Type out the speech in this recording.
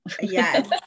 yes